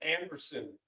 anderson